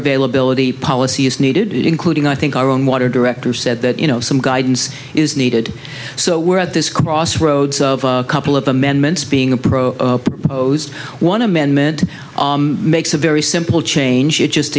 military policy is needed including i think our own water director said that you know some guidance is needed so we're at this crossroads of a couple of amendments being a pro proposed one amendment makes a very simple change it just